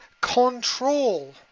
control